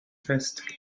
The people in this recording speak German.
fest